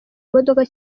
imodoka